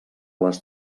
les